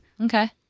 Okay